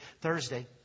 Thursday